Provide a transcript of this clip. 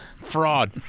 fraud